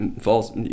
false